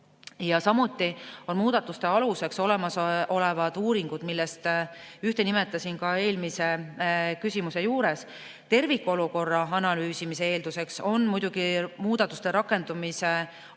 samuti on muudatuste aluseks olemasolevad uuringud, millest ühte nimetasin ka eelmise küsimuse juures. Tervikolukorra analüüsimise eelduseks on muidugi muudatuste rakendumise aeg,